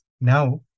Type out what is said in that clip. Now